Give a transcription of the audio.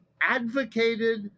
advocated